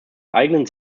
eigenen